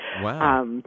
Wow